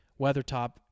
Weathertop